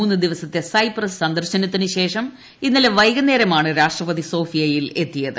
മൂന്ന് ദിവസത്തെ സൈപ്രസ് സന്ദർശന് ശേഷം ഇന്നലെ വൈകുന്നേരമാണ് രാഷ്ട്രപതി സോഫിയയിൽ എത്തിയത്